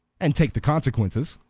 and take the consequences.